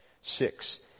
Six